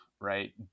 right